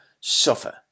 suffer